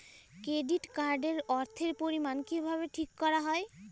Credit card এর অর্থের পরিমান কিভাবে ঠিক করা হয়?